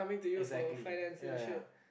exactly ya ya